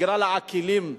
בגלל האקלים,